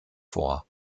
vor